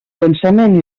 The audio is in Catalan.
pensament